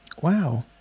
wow